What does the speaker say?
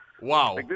Wow